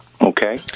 Okay